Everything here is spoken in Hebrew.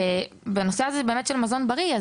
עוד דבר בנושא של מזון בריא,